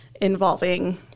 involving